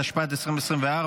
התשפ"ד 2024,